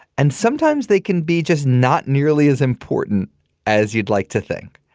and sometimes they can be just not nearly as important as you'd like to think.